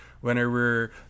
whenever